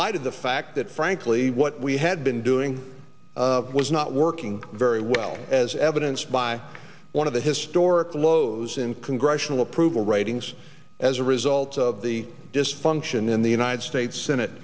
light of the fact that frankly what we had been doing was not working very well as evidenced by one of the historic lows in congressional approval ratings as a result of the dysfunction in the united states